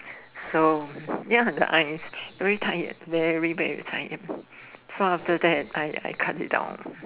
so ya the eyes so every time very very tired so after that I cut it down